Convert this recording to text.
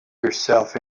yourself